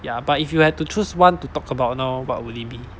ya but if you had to choose one to talk about now but would it be